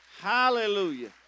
Hallelujah